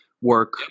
work